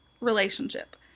relationship